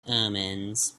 omens